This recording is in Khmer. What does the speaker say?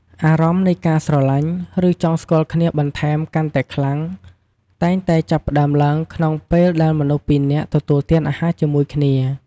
អារម្មណ៍នៃការស្រឡាញ់ ឬចង់ស្គាល់គ្នាបន្ថែមកាន់តែខ្លាំង តែងតែចាប់ផ្តើមឡើងក្នុងពេលដែលមនុស្សពីនាក់ទទួលទានអាហារជាមួយគ្នា។